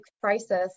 crisis